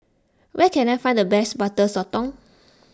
where can I find the best Butter Sotong